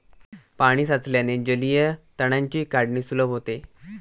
पाणी साचल्याने जलीय तणांची काढणी सुलभ होते